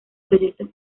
proyectos